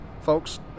folks